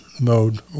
mode